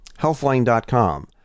Healthline.com